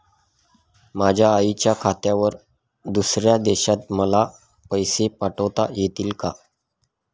माझ्या आईच्या खात्यावर दुसऱ्या देशात मला पैसे पाठविता येतील का?